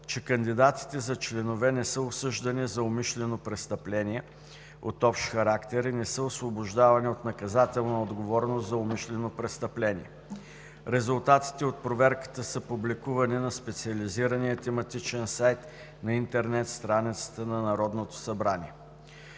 че кандидатите за членове не са осъждани за умишлено престъпление от общ характер и не са освобождавани от наказателна отговорност за умишлено престъпление. Резултатите от проверката са публикувани на специализирания тематичен сайт на интернет страницата на Народното събрание.